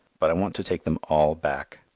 but i want to take them all back.